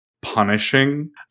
punishing